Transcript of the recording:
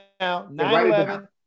9-11